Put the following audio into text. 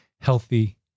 healthy